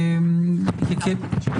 עד מתי?